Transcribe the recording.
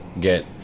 get